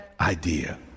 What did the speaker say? idea